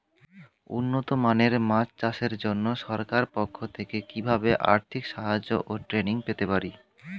উন্নত মানের মাছ চাষের জন্য সরকার পক্ষ থেকে কিভাবে আর্থিক সাহায্য ও ট্রেনিং পেতে পারি?